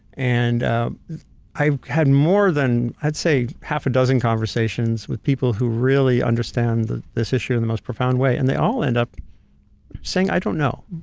and ah i've had more than, i'd say, half a dozen conversations with people who really understand this issue in the most profound way, and they all end up saying, i don't know,